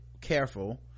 careful